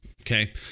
okay